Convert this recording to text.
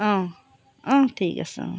অঁ অঁ ঠিক আছে অঁ